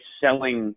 selling